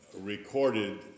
recorded